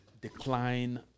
decline